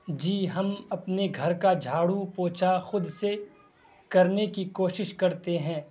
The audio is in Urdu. جی ہم اپنے گھر کا جھاڑو پوچھا خود سے کرنے کی کوشش کرتے ہیں